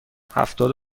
هفتاد